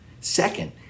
Second